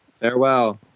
Farewell